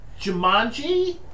Jumanji